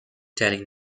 telling